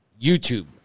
YouTube